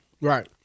Right